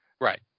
Right